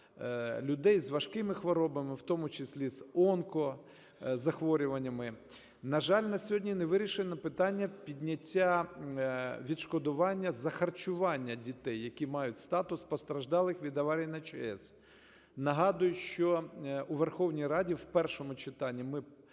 людей з важкими хворобами, в тому числі ізонкозахворюваннями. На жаль, на сьогодні не вирішено питання підняття відшкодування за харчування дітей, які мають статус постраждалих від аварії на ЧАЕС. Нагадую, що у Верховній Раді в першому читанні ми